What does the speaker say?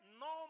no